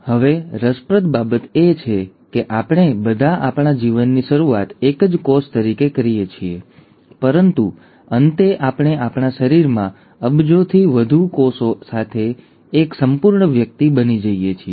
હવે રસપ્રદ બાબત એ છે કે આપણે બધા આપણા જીવનની શરૂઆત એક જ કોષ તરીકે કરીએ છીએ પરંતુ અંતે આપણે આપણા શરીરમાં અબજોથી વધુ કોષો સાથે એક સંપૂર્ણ વ્યક્તિ બની જઈએ છીએ